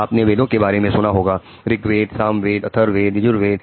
आपने वेदों के बारे में सुना होगा ऋग्वेद सामवेद अथर्ववेद यजुर्वेद